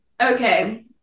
Okay